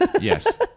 yes